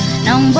known